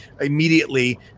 immediately